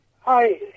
Hi